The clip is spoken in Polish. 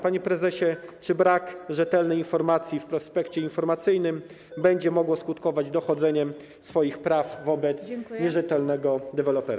Panie prezesie, czy brak rzetelnej informacji w prospekcie informacyjnym będzie mógł skutkować dochodzeniem swoich praw wobec nierzetelnego dewelopera?